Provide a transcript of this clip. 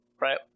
right